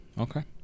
Okay